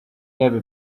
heavy